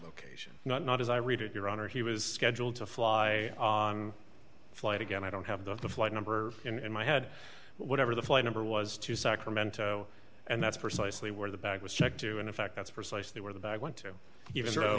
location not not as i read it your honor he was scheduled to fly a flight again i don't have the flight number in my head but whatever the flight number was to sacramento and that's precisely where the bag was checked to and in fact that's precisely where the bag went to even though